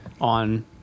on